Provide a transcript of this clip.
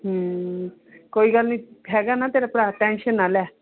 ਹਮ ਕੋਈ ਗੱਲ ਨਹੀਂ ਹੈਗਾ ਨਾ ਤੇਰਾ ਭਰਾ ਟੈਂਸ਼ਨ ਨਾ ਲੈ